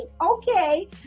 okay